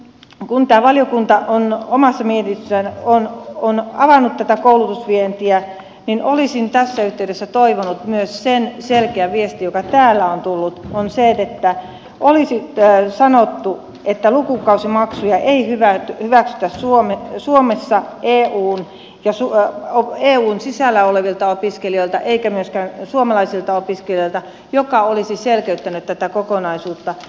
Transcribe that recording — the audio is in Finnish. ensinnäkin kun tämä valiokunta on omassa mietinnössään avannut tätä koulutusvientiä niin olisin tässä yhteydessä toivonut myös sen selkeän viestin joka täällä on tullut sen että olisi sanottu että lukukausimaksuja ei hyväksytä suomessa eun sisällä olevilta opiskelijoilta eikä myöskään suomalaisilta opiskelijoilta mikä olisi selkeyttänyt tätä kokonaisuutta